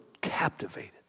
captivated